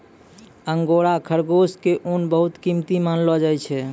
angora खरगोश के ऊन बहुत कीमती मानलो जाय छै